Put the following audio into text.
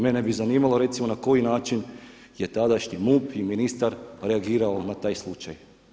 Mene bi zanimalo recimo na koji način je tadašnji MUP i ministar reagirao na taj slučaj.